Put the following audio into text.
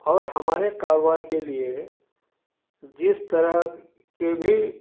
اور ہمارے کاروبار کے لیے جس طرح کے بھی